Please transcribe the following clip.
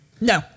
No